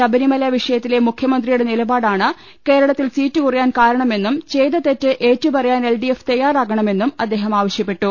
ശബരിമല വിഷയത്തിലെ മുഖ്യമന്ത്രിയുടെ നിലപാടാണ് കേരളത്തിൽ സീറ്റ് കുറയാൻ കാരണമെന്നും ചെയ്ത തെറ്റ് ഏറ്റ് പറയാൻ എൽ ഡി എഫ് തയ്യാറാകണമെന്നും അദ്ദേഹം ആവശ്യപ്പെട്ടു